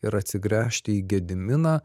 ir atsigręžti į gediminą